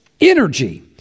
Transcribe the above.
energy